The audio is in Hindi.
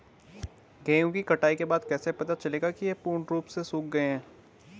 गेहूँ की कटाई के बाद कैसे पता चलेगा ये पूर्ण रूप से सूख गए हैं?